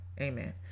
Amen